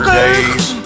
days